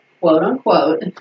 quote-unquote